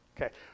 Okay